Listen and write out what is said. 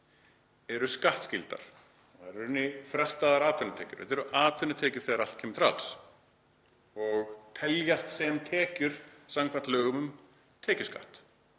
eru skattskyldar, þær eru í rauninni frestaðar atvinnutekjur. Þetta eru atvinnutekjur þegar allt kemur til alls og teljast sem tekjur samkvæmt lögum um tekjuskatt.